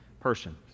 person